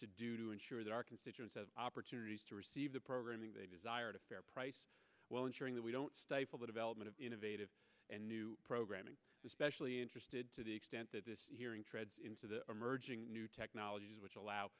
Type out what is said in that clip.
to do to ensure that our constituents have opportunities to receive the programming they desired a fair price well ensuring that we don't stifle the development of innovative and new programming especially interested to the extent that this hearing treads into the emerging new technologies which allow